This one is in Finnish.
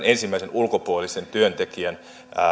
ensimmäisen ulkopuolisen työntekijän